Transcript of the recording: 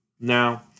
Now